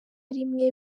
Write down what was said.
rimwe